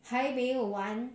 还没有完